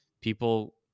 people